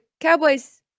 Cowboys